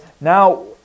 now